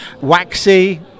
Waxy